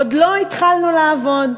עוד לא התחלנו לעבוד.